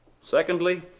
Secondly